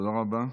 תודה רבה.